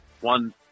one